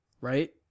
right